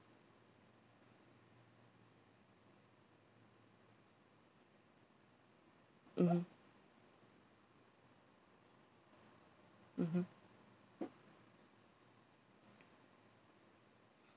mmhmm mmhmm